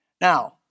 Now